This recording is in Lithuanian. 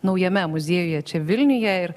naujame muziejuje čia vilniuje ir